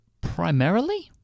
primarily